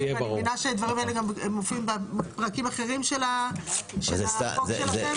ואני מבינה שהדברים האלה גם מופיעים בפרקים אחרים של החוק שלכם.